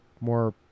More